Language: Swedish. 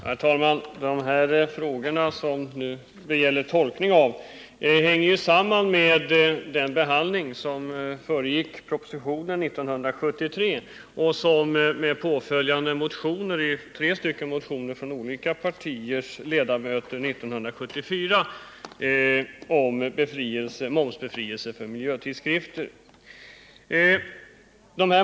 Herr talman! De tolkningsfrågor som den här debatten gäller hänger samman med behandlingen av propositionen 1973 och påföljande tre motioner från olika partiers ledamöter 1974 om momsbefrielse för miljötidskrifter.